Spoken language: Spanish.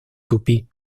tupí